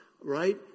right